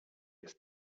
its